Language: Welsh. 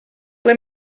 ble